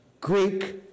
Greek